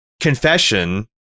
confession